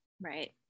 Right